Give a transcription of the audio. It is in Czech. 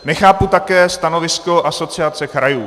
Nechápu také stanovisko Asociace krajů.